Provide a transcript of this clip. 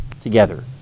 together